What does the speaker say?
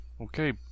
Okay